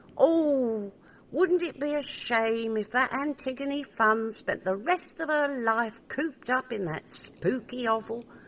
ooh wouldn't it be a shame if that antigone funn spent the rest of her life cooped up in that spooky hovel,